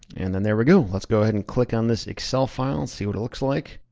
and then there we go. let's go ahead and click on this excel file, see what it looks like.